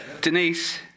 Denise